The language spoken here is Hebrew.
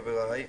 חבריי,